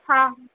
हा